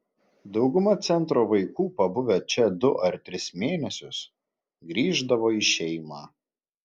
dauguma centro vaikų pabuvę čia du ar tris mėnesius grįždavo į šeimą